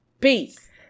Peace